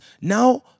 now